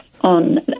on